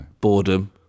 boredom